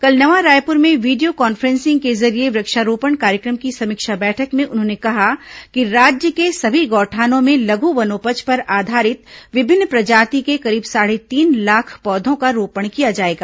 कल नवा रायपुर में video conferencing के जरिये वृक्षारोपण कार्यक्रम की समीक्षा बैठक में उन्होंने कहा कि राज्य के सभी गौठानों में लघ् वनोपज पर आधारित विभिन्न प्रजाति के करीब साढ़े तीन लाख पौधों का रोपण किया जाएगा